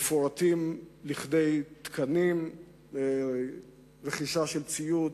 מפורטים לתקנים לרכישת ציוד,